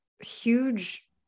huge